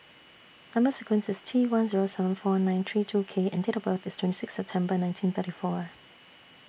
Number sequence IS T one Zero seven four nine three two K and Date of birth IS twenty Sixth September nineteen thirty four